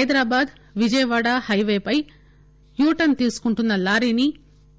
Hyderabad Vijayawada highway పై U turn తీసుకుంటున్న లారీని